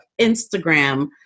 Instagram